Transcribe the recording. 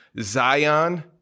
Zion